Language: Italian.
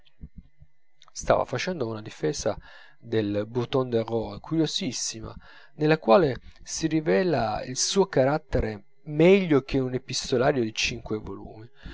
stava facendo una difesa del bouton de rose curiosissima nella quale si rivela il suo carattere meglio che in un epistolario di cinque volumi